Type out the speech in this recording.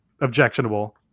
objectionable